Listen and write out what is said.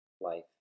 life